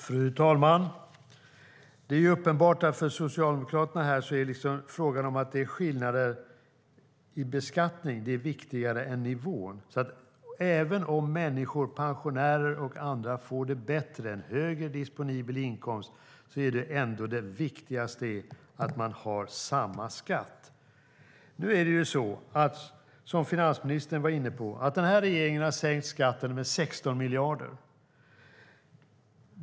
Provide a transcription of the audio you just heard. Fru talman! Det är uppenbart att för Socialdemokraterna är frågan om att det är skillnader i beskattning viktigare än nivån. Även om människor, pensionärer och andra, får det bättre och får en högre disponibel inkomst är det viktigaste att man har samma skatt. Som finansministern var inne på har den här regeringen sänkt skatten med 16 miljarder.